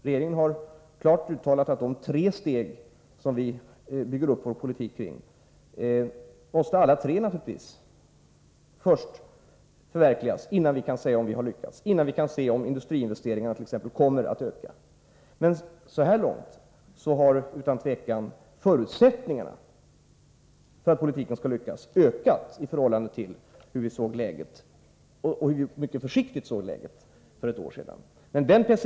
Regeringen har klart uttalat att alla de tre steg som vi bygger upp vår politik kring först måste förverkligas innan vi kan säga om vi har lyckats, innan vi kan se om t.ex. industriinvesteringarna kommer att öka. Men så här långt har utan tvivel förutsättningarna för att politiken skall lyckas ökat i förhållande till hur oerhört försiktigt vi för ett år sedan bedömde läget.